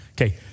Okay